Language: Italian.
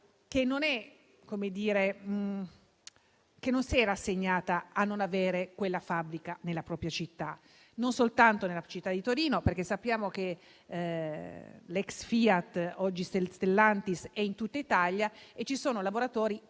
che non si è rassegnata a non avere quella fabbrica nella propria città. Non mi riferisco solo alla città di Torino, perché sappiamo che l'*ex* FIAT, oggi Stellantis, è in tutta Italia e ci sono lavoratori preoccupati.